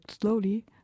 slowly